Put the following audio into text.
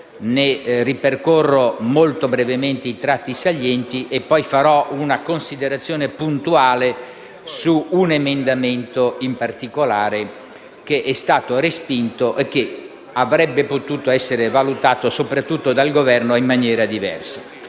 ne ripercorro molto brevemente i tratti salienti e poi farò una considerazione puntuale su un emendamento in particolare che è stato respinto e che avrebbe potuto essere valutato, soprattutto dal Governo, in maniera diversa.